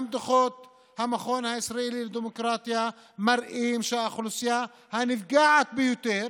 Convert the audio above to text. גם דוחות המכון הישראלי לדמוקרטיה מראים שהאוכלוסייה הנפגעת ביותר